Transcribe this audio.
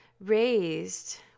raised